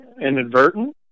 inadvertent